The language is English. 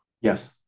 yes